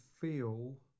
feel